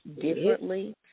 differently